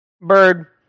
bird